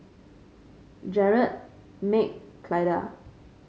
Jared Meg Clyda